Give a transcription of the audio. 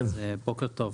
בוקר טוב.